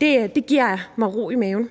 Det giver mig ro i maven,